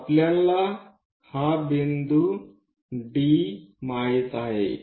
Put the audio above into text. आपल्याला हा बिंदू D माहित आहे